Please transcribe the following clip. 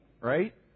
right